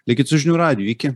likit su žinių radiju iki